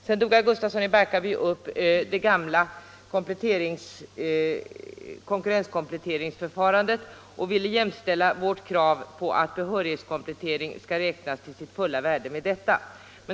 Sedan tog herr Gustafsson i Barkarby upp det gamla konkurrenskompletteringsförfarandet och ville med detta jämställa vårt krav på att behörighetskomplettering skall räknas till sitt fulla värde.